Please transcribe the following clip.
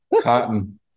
cotton